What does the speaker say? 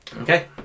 Okay